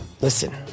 Listen